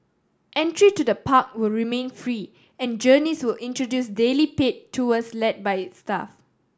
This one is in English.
entry to the park will remain free and Journeys will introduce daily pay tours led by its staff